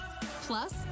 Plus